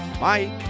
Mike